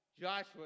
Joshua